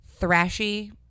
thrashy